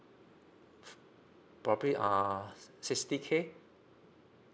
probably uh sixty K